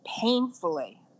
Painfully